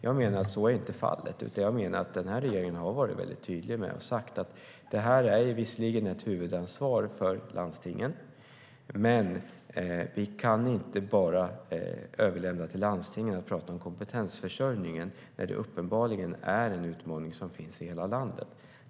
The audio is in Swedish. Jag menar att så inte är fallet utan menar att den här regeringen har varit tydlig och sagt: Detta är visserligen ett huvudansvar för landstingen, men vi kan inte bara överlämna till landstingen att prata om kompetensförsörjningen, när det uppenbarligen är en utmaning som finns i hela landet.